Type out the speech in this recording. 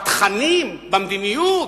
בתכנים, במדיניות,